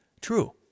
true